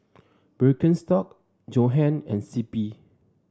Birkenstock Johan and C P